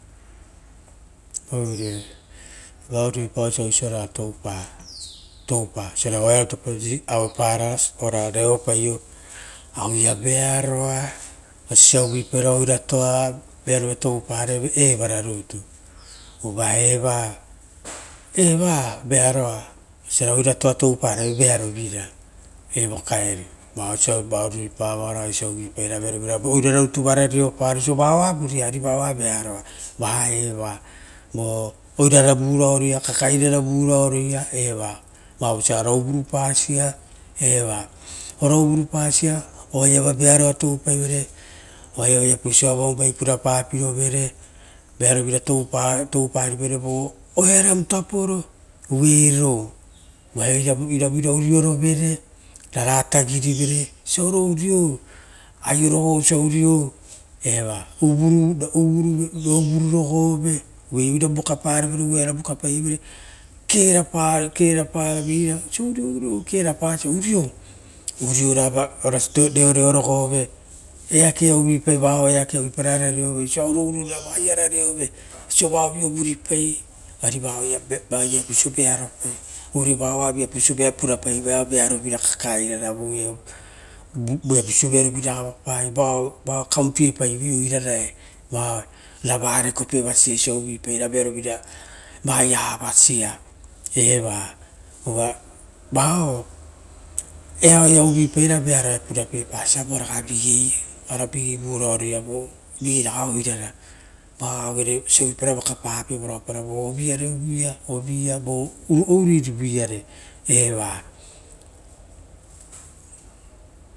oire vaoruipa osora toupa vearo vira osora oearovu tapo, ora reopaio aueia vearoa ososa uvuipa ra oirato veavovira toupareve, vo oirara vararoia kakereirara vao osia ora uvuru pasa, eva ora uvurupasa oaiava vearua toupai vere oa'ava veapauso oamavu vai purapapiro vere, vearovira touparivere vo o earovutaporo oiro, uvare iravu aio rogosa urou, uvururogo ve uva revina vauapari kearaparavera. kearapavera oisio urorogoa, iu kerapasa oso urou ra reivira rava reoreo rogove, eakeia uvui pava ra oisio purave aio ara reove oisio vaovio vuripai ari avo vearu pai uvare veapaso vavearovira purapai kakae ragui eravoia viapauso veurovi ra avapai arivoro kaupiepaivoi oirara. Rava rekope osio osio uvuipara vearovi ra vaia avasia eva ova vao aia uvupara veavoa purapasia oravigeila irara vavaoia osia uvuipai ra vokapape voia uvuia oouruirovuiare eva.